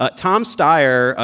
ah tom steyer, ah